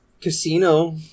Casino